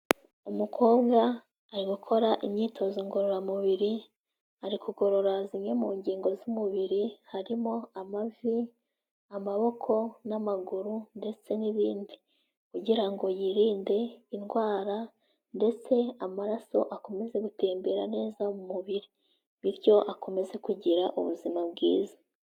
Umukobwa ari gukora imyitozo ngororamubiri, ari kugorora zimwe mu ngingo z'umubiri, harimo amavi, amaboko n'amaguru ndetse n'ibindi. Kugira ngo yirinde indwara ndetse amaraso akomeze gutembera neza mu mubiri bityo akomeze kugira ubuzima bwiza.